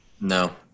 No